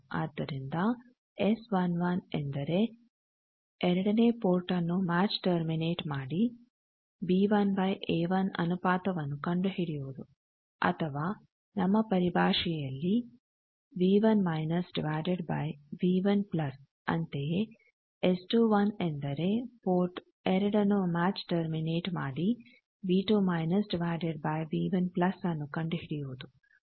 ಆದ್ದರಿಂದ ಎಸ್11 ಎಂದರೆ ಎರಡನೇ ಪೋರ್ಟ್ನ್ನು ಮ್ಯಾಚ್ ಟರ್ಮಿನೇಟ್ ಮಾಡಿ b1a1 ಅನುಪಾತವನ್ನು ಕಂಡುಹಿಡಿಯುವುದು ಅಥವಾ ನಮ್ಮ ಪರಿಭಾಷೆಯಲ್ಲಿ ಅಂತೆಯೇ ಎಸ್21 ಎಂದರೆ ಪೋರ್ಟ್ 2 ಅನ್ನು ಮ್ಯಾಚ್ ಟರ್ಮಿನೇಟ್ ಮಾಡಿ ನ್ನು ಕಂಡುಹಿಡಿಯುವುದು